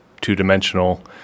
two-dimensional